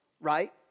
right